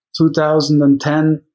2010